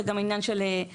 זה גם עניין של תקציבים,